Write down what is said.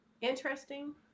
interesting